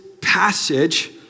passage